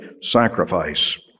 sacrifice